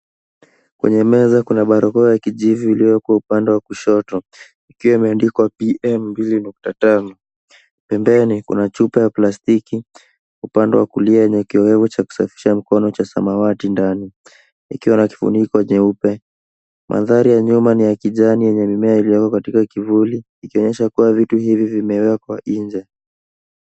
Kwenye meza kuna barakoa ya kijivu iliyowekwa upande wa kushoto, ikiwa imeandikwa PM 2.5. Pembeni, kuna chupa ya plastiki, upande wa kulia yenye kileo cha kusafisha mkono cha samawati ndani, ikiwa na kifuniko nyeupe. Mandhari ya nyuma ni ya kijani yenye mimea iliyo katika kivuli, ikionyesha kuwa vitu hivi vimewekwa nje.